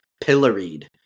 pilloried